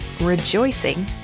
rejoicing